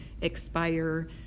expire